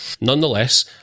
Nonetheless